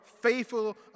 faithful